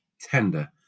tender